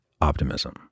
optimism